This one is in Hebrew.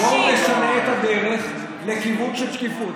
בואו נשנה את הדרך לכיוון של שקיפות.